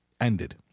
ended